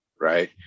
right